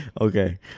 Okay